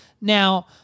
Now